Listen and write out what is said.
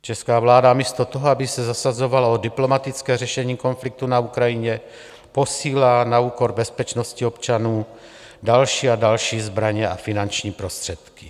Česká vláda místo toho, aby se zasazovala o diplomatické řešení konfliktu na Ukrajině, posílá na úkor bezpečnosti občanů další a další zbraně a finanční prostředky.